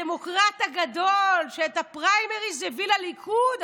הדמוקרט הגדול שאת הפריימריז הביא לליכוד,